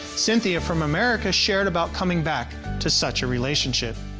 cynthia from america shared about coming back to such a relationship